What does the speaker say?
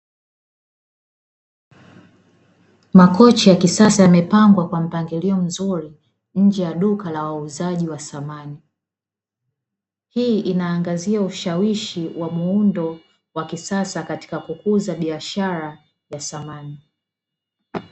Makochi ya kisasa, yamepangwa kwa mpangilio mzuri nje ya duka la wauzaji wa samani. Hii inaangazia ushawishi wa muundo wa kisasa, katika kukuza biashara ya samani.